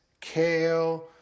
kale